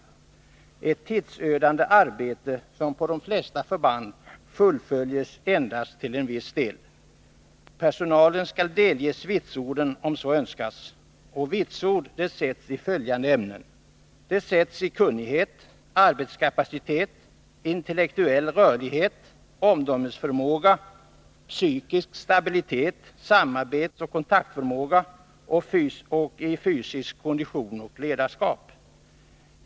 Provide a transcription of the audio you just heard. Det är ett tidsödande arbete, som på de flesta förband endast fullföljs till en viss del. Personalen skall delges vitsorden om så önskas. Vitsord sätts i följande ämnen: kunnighet, arbetskapacitet, intellektuell rörlighet, omdömesförmåga, psykisk stabilitet, samarbetsoch kontaktförmåga, fysisk kondition och ledarskap.